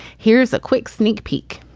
here's a quick sneak peek